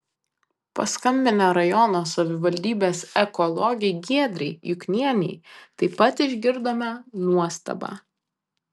paskambinę rajono savivaldybės ekologei giedrei juknienei taip pat išgirdome nuostabą